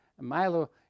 Milo